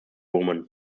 woman